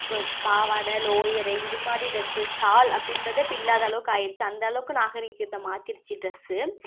அப்புறம் பாவாடை லோயரு இது மாதிரி டிரெஸ்ஸஸ் ஷால் அப்படின்றதே இப்போ இல்லாத அளவுக்கு ஆயிடிச்சு அந்தளவுக்கு நாகரீகத்தை மாற்றிடிச்சி டிரெஸ்ஸு